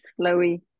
flowy